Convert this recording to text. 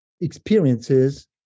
experiences